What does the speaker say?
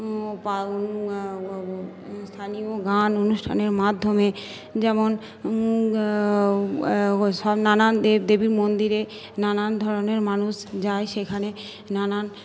স্থানীয় গান অনুষ্ঠানের মাধ্যমে যেমন সব নানান দেবদেবীর মন্দিরে নানান ধরনের মানুষ যায় সেখানে নানান